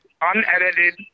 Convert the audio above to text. unedited